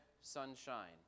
sunshine